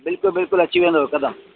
बिल्कुलु बिल्कुलु अची वेंदव हिकदमु